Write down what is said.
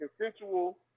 consensual